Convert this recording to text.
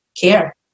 care